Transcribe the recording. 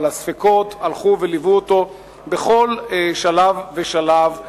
אבל הספקות הלכו וליוו אותו בכל שלב ושלב.